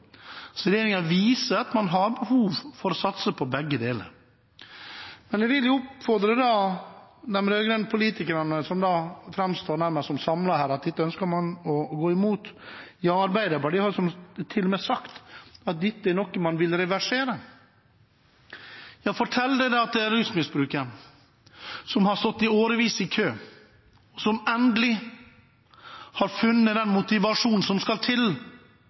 Så regjeringen viser at man har behov for å satse på begge deler. Jeg vil oppfordre de rød-grønne politikerne som her nærmest framstår som samlet om at dette ønsker man å gå imot – Arbeiderpartiet har til og med sagt at dette er noe man vil reversere: Fortell det til rusmisbrukeren som har stått i kø i årevis, som endelig har funnet den motivasjonen som skal til